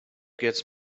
gets